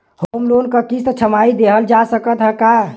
Home loan क किस्त छमाही देहल जा सकत ह का?